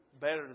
better